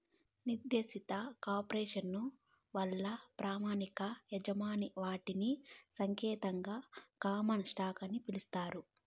నిర్దేశిత కార్పొరేసను వల్ల ప్రామాణిక యాజమాన్య వాటాని సాంకేతికంగా కామన్ స్టాకు అని పిలుస్తారు